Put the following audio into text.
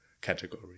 category